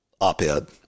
op-ed